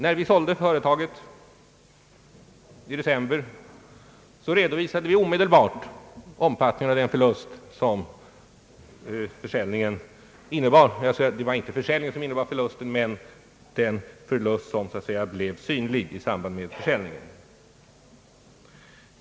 När vi sålde företaget i december redovisade vi omedelbart omfattningen av den förlust som blev synlig i samband med försäljningen.